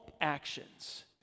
actions